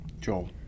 Joel